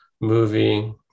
movie